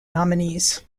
nominees